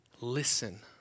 Listen